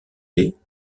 lait